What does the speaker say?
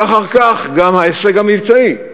ואחר כך גם ההישג המבצעי,